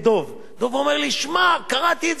דב אמר לי: שמע, קראתי את זה, הזדעזעתי.